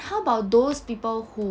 how about those people who